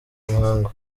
muhango